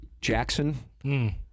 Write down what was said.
Jackson